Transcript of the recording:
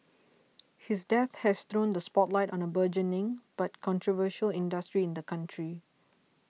his death has thrown the spotlight on a burgeoning but controversial industry in the country